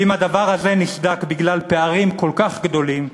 ואם הדבר הזה נסדק בגלל פערים כל כך גדולים,